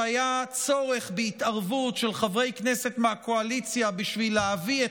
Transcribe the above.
שהיה צורך בהתערבות של חברי כנסת מהקואליציה בשביל להביא את